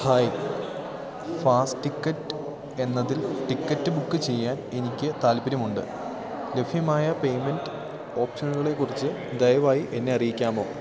hi fast ticket എന്നതിൽ ticket book ചെയ്യാൻ എനിക്ക് താൽപ്പര്യമുണ്ട് ലഭ്യമായ പേയ്മെൻറ്റ് ഓപ്ഷനുകളെക്കുറിച്ച് ദയവായി എന്നെ അറിയിക്കാമോ